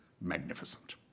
magnificent